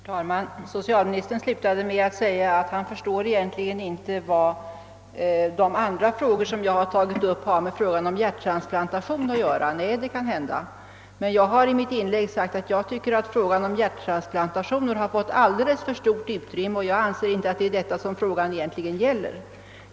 Herr talman! Socialministern slutade med att säga att han egentligen inte förstår vad de andra frågor som jag tagit upp har att göra med frågan om hjärttransplantationer. Nej, det kan hända att de inte har något direkt samband med = hjärttransplantationerna. Jag har emellertid i mitt inlägg sagt att frågan om hjärttransplantationer fått alltför stort utrymme. Jag anser inte att det är dessa som är huvudfrågan.